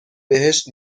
بهشت